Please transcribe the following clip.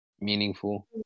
meaningful